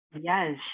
Yes